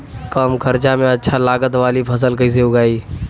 कम खर्चा में अच्छा लागत वाली फसल कैसे उगाई?